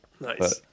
Nice